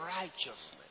righteousness